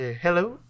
Hello